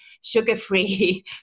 sugar-free